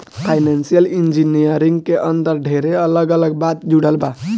financial engineering के अंदर ढेरे अलग अलग बात जुड़ल बा